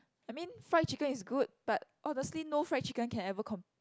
I mean fried chicken is good but honestly no fried chicken can ever compare